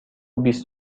بیست